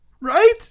Right